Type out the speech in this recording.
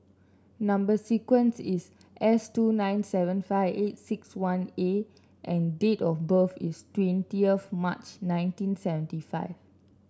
number sequence is S two nine seven five eight six one A and date of birth is twenty of March nineteen seventy five